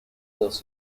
dos